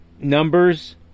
numbers